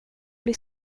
bli